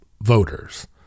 voters